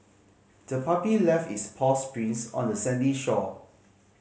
the puppy left its paws prints on the sandy shore